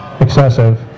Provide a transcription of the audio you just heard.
excessive